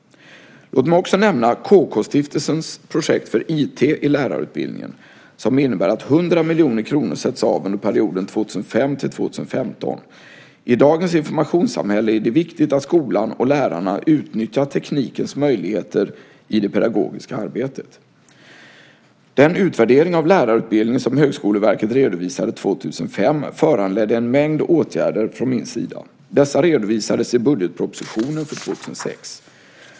Låt mig också nämna KK-stiftelsens projekt för IT i lärarutbildningen, som innebär att 100 miljoner kronor sätts av under perioden 2005-2015. I dagens informationssamhälle är det viktigt att skolan och lärarna utnyttjar teknikens möjligheter i det pedagogiska arbetet. Den utvärdering av lärarutbildningen som Högskoleverket redovisade år 2005 föranledde en mängd åtgärder från min sida. Dessa redovisades i budgetpropositionen för år 2006.